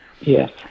Yes